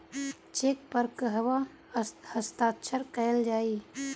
Check पर कहवा हस्ताक्षर कैल जाइ?